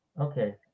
okay